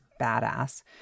badass